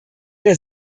der